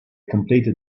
completed